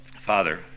Father